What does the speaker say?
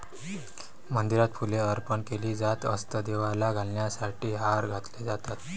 मंदिरात फुले अर्पण केली जात असत, देवाला घालण्यासाठी हार घातले जातात